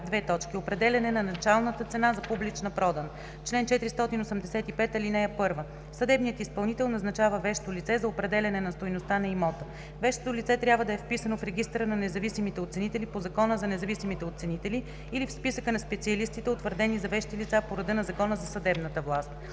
така: „Определяне на началната цена за публична продан Чл. 485. (1) Съдебният изпълнител назначава вещо лице за определяне на стойността на имота. Вещото лице трябва да е вписано в регистъра на независимите оценители по Закона за независимите оценители или в списъка на специалистите, утвърдени за вещи лица по реда на Закона за съдебната власт.